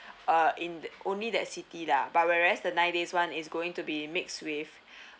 uh in that only that city lah but whereas the nine days [one] is going to be mixed with